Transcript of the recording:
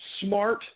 smart